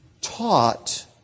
taught